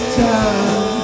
time